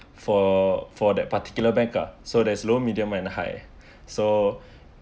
for for that particular bank uh so there's low medium and high so